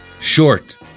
Short